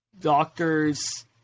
doctors